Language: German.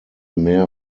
mehr